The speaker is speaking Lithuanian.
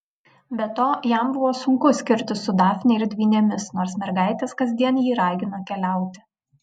be to jam buvo sunku skirtis su dafne ir dvynėmis nors mergaitės kasdien jį ragino keliauti